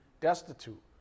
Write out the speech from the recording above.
destitute